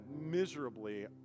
miserably